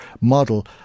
model